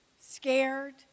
scared